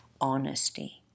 honesty